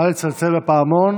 נא לצלצל בפעמון